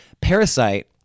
Parasite